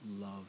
love